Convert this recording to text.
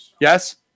Yes